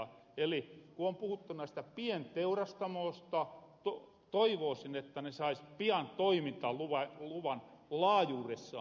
eli ku on puhuttu näistä pienteurastamoosta toivoosin että ne sais pian toimintaluvan laajuuressaan